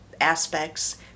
aspects